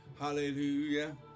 Hallelujah